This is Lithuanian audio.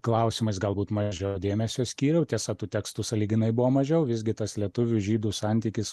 klausimais galbūt mažiau dėmesio skyriau tiesa tų tekstų sąlyginai buvo mažiau visgi tas lietuvių žydų santykis